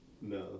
no